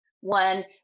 one